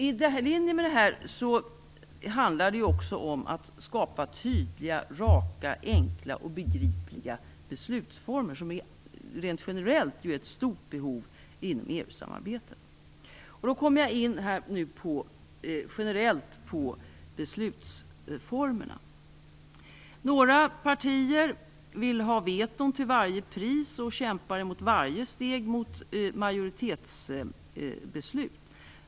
I linje med detta handlar det också om att skapa tydliga, raka, enkla och begripliga beslutsformer, vilket det generellt finns ett stort behov av inom EU-samarbetet. Jag kommer då in på beslutsformerna. Några partier vill ha veton till varje pris och kämpar emot varje steg mot majoritetsbeslut.